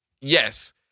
yes